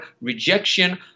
rejection